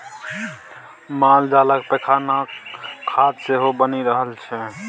मालजालक पैखानाक खाद सेहो बनि रहल छै